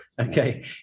Okay